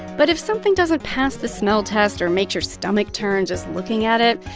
but if something doesn't pass the smell test or makes your stomach turn just looking at it,